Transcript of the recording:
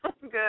Good